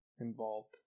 involved